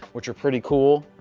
which are pretty cool.